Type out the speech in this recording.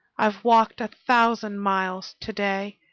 i've walked a thousand miles to-day,